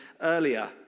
earlier